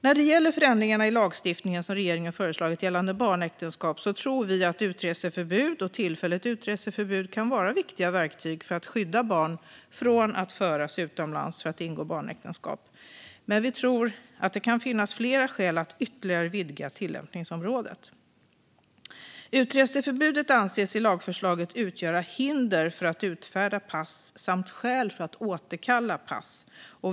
När det gäller förändringarna i lagstiftningen som regeringen föreslagit gällande barnäktenskap tror vi att utreseförbud och tillfälligt utreseförbud kan vara viktiga verktyg för att skydda barn från att föras utomlands för att ingå barnäktenskap. Men vi tror att det kan finnas flera skäl att ytterligare vidga tillämpningsområdet. Utreseförbudet anses i lagförslaget utgöra hinder för att utfärda pass samt skäl för att återkalla pass.